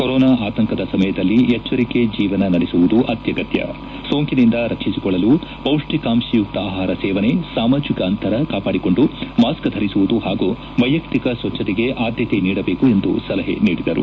corona ಆತಂಕದ ಸಮಯದಲ್ಲಿ ಎಚ್ವರಿಕೆ ಜೀವನ ನಡೆಸುವುದು ಅತ್ವಗತ್ತ ಸೋಂಕಿನಿಂದ ರಕ್ಷಿಸಿಕೊಳ್ಳಲು ಪೌಷ್ಟಿಕಾಂಶಯುಕ್ತ ಆಹಾರ ಸೇವನೆ ಸಾಮಾಜಿಕ ಅಂತರ ಕಾಪಾಡಿಕೊಂಡು ಮಾಸ್ಕ್ ಧರಿಸುವುದು ಹಾಗೂ ವೈಯಕ್ತಿಕ ಸ್ವಚ್ಛತೆಗೆ ಆದ್ಯತೆ ನೀಡಬೇಕು ಎಂದು ಸಲಹೆ ನೀಡಿದರು